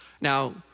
Now